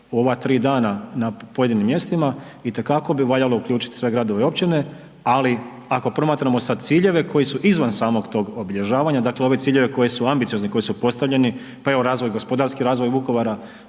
ova 3 dana na pojedinim mjestima itekako bi valjalo uključit sve gradove i općine. Ali ako promatramo sad ciljeve koji su izvan samog tog obilježavanja, dakle ove ciljeve koji su ambiciozni, koji su postavljeni, pa evo razvoj, gospodarski razvoj Vukovara